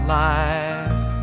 life